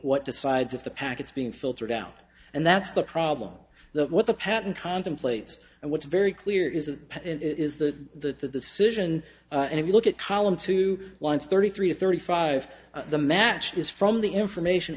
what decides of the packets being filtered out and that's the problem that what the patent contemplates and what's very clear is that it is the situation and if you look at column two one thirty three thirty five the match is from the information